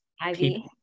ivy